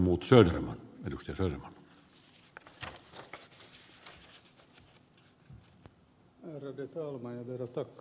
jag ber att tacka för talturen